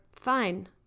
fine